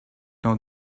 now